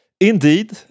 indeed